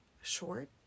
short